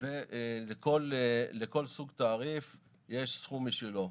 ולכל סוג תעריף יש סכום משלו.